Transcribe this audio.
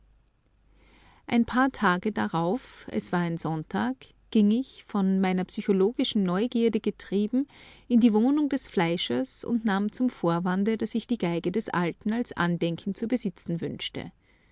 ein paar tage darauf es war ein sonntag ging ich von meiner psychologischen neugierde getrieben in die wohnung des fleischers und nahm zum vorwande daß ich die geige des alten als andenken zu besitzen wünschte